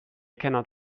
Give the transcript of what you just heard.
cannot